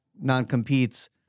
non-competes